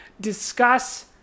discuss